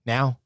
Now